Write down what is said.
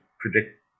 predict